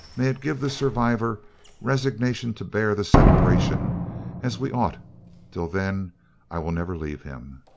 may it give the survivor resignation to bear the separation as we ought till then i will never leave him